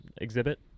exhibit